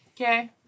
Okay